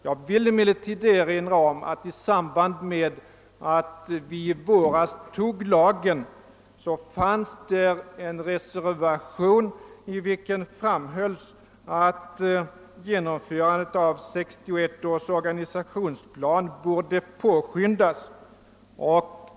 Jag vill emellertid erinra om att då vi i våras antog den aktuella lagen fanns i utskottsutlåtandet en reservation i vilken framhölls att genomförandet av 1961 års organisationsplan borde påskyndas.